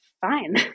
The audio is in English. fine